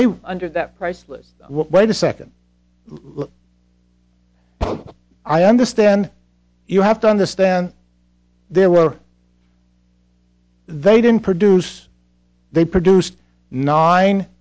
were under that priceless what a second look oh i understand you have to understand there were they didn't produce they produced nine